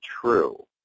true